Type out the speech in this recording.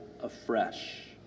afresh